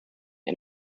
and